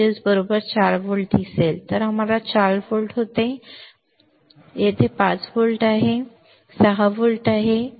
तर आम्हाला 4 व्होल्ट होते ते 4 व्होल्ट येथे बरोबर आहे जेथे 5 व्होल्ट आहे 5 व्होल्ट येथे बरोबर आहे जेथे 6 व्होल्ट आहे 6 व्होल्ट येथे बरोबर आहे